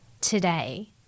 today